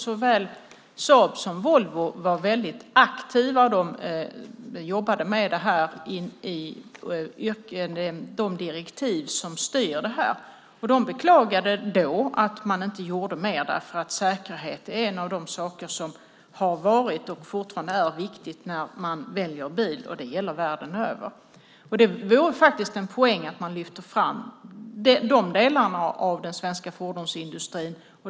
Såväl Saab som Volvo var väldigt aktiva, och man jobbade med detta i de direktiv som styr. De beklagade då att man inte gjorde mer, för säkerhet är en av de saker som har varit och fortfarande är viktiga när man väljer bil, och det gäller världen över. Det vore faktiskt en poäng att man lyfte fram de delarna av den svenska fordonsindustrin.